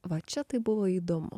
va čia tai buvo įdomu